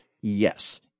Yes